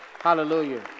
Hallelujah